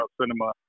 cinema